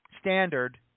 standard